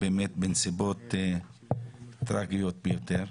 בנסיבות טרגיות ביותר.